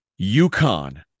UConn